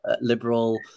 liberal